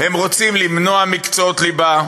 הם רוצים למנוע מקצועות ליבה,